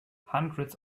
hundreds